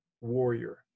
warrior